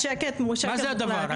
מה זה הדבר הזה?